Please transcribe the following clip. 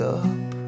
up